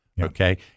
Okay